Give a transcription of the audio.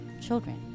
children